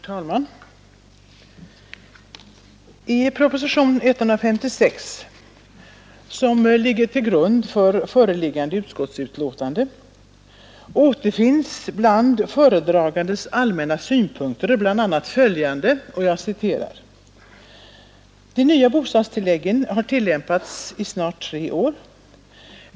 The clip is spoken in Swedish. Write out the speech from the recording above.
Herr talman! I propositionen 156, som ligger till grund för det föreliggande utskottsbetänkandet, återfinns bland föredragandens allmän na synpunkter bl.a. följande: ”De nya bostadstilläggen har tillämpats i snart tre år.